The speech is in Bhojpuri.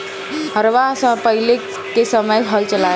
हरवाह सन पहिले के समय हल चलावें